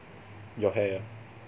your hair ah